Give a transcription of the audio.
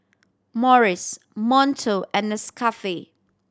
Morries Monto and Nescafe